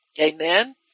Amen